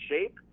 shape